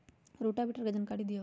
Rotavator के जानकारी दिआउ?